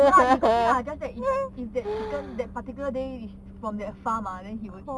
ya he got eat lah just that if if that chicken that particular day is from that farm ah he won't eat